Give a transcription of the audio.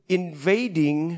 invading